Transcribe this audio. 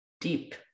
deep